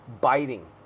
biting